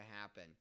happen